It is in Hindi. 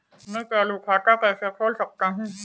मैं चालू खाता कैसे खोल सकता हूँ?